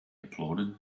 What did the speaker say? applauded